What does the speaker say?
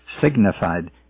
signified